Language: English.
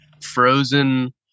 frozen